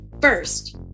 First